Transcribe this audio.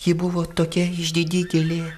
ji buvo tokia išdidi gėlė